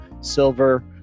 silver